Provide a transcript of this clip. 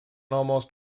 almost